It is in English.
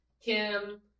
Kim